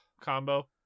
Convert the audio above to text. combo